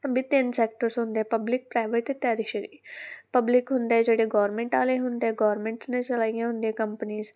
ਵੀ ਤਿੰਨ ਸੈਕਟਰਸ ਹੁੰਦੇ public private ਅਤੇ ਟੈਰੀਸਰੀ ਪਬਲਿਕ ਹੁੰਦਾ ਜਿਹੜੇ ਗੌਰਮੈਂਟ ਵਾਲੇ ਹੁੰਦੇ ਗੌਰਮੈਂਟਸ ਨੇ ਚਲਾਈਆਂ ਹੁੰਦੀਆਂ ਕੰਪਨੀਜ